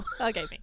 Okay